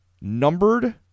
numbered